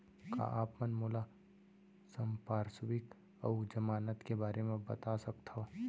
का आप मन मोला संपार्श्र्विक अऊ जमानत के बारे म बता सकथव?